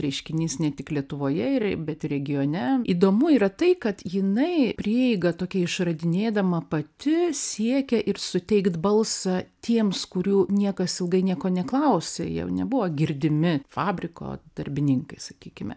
reiškinys ne tik lietuvoje ir bet ir regione įdomu yra tai kad jinai prieigą tokią išradinėdama pati siekia ir suteikt balsą tiems kurių niekas ilgai nieko neklausė jie nebuvo girdimi fabriko darbininkai sakykime